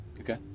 Okay